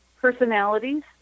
personalities